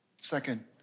Second